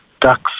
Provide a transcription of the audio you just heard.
ducks